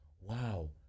wow